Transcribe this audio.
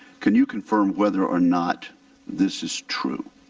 can you confirm whether or not this is true?